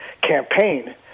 campaign